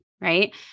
right